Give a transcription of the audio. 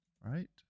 right